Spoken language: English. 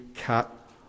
cut